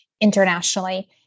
internationally